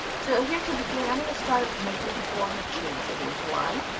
so here to begin and when to start making forty chains here's one,